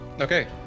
Okay